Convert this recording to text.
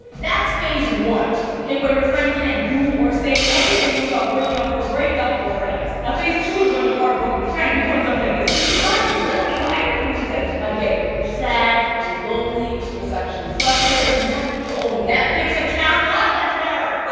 that's phase one, okay? when your friend can't and do or say anything without bringing up her breakup or her ex. now, phase two is when your heart-broken friend becomes a menace to society. like, okay. no. i don't want to be insensitive. i get it. you're sad. you're lonely. you're sexually frustrated. okay. you have to get your own netflix account. oh, um the terror! but